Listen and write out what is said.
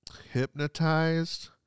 hypnotized